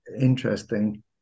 interesting